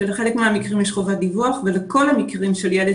שלחלק מהמקרים יש חובת דיווח ולכל המקרים של ילד